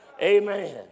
Amen